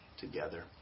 together